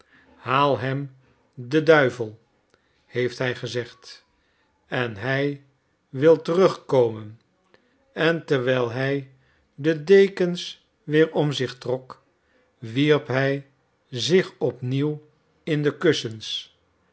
haal hem de duivel heeft hij gezegd en hij wil terugkomen en terwijl hij de dekens weer om zich trok wierp hij zich op nieuw in de kussens